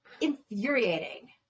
infuriating